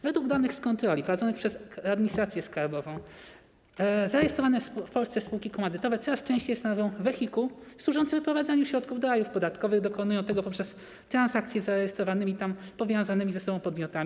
Według danych z kontroli prowadzonych przez administrację skarbową zarejestrowane w Polsce spółki komandytowe coraz częściej stanowią wehikuł służący wyprowadzaniu środków do rajów podatkowych, dokonują tego poprzez transakcje z zarejestrowanymi tam powiązanymi ze sobą podmiotami.